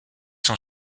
sont